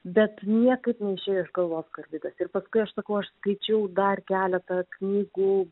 bet niekaip neišėjo iš galvos karbidas ir paskui aš sakau aš skaičiau dar keletą knygų